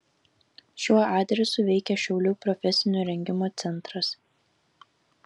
šiuo adresu veikia šiaulių profesinio rengimo centras